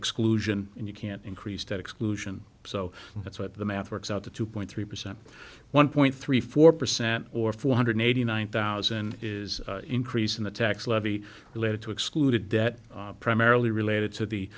exclusion and you can't increase that exclusion so that's what the math works out to two point three percent one point three four percent or four hundred eighty nine thousand is increase in the tax levy related to excluded debt primarily related to the